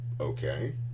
okay